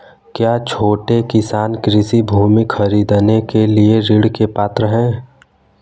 क्या छोटे किसान कृषि भूमि खरीदने के लिए ऋण के पात्र हैं?